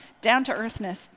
down-to-earthness